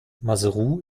maseru